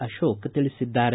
ಅಶೋಕ್ ತಿಳಿಸಿದ್ದಾರೆ